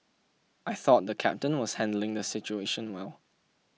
I thought the captain was handling the situation well